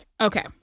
Okay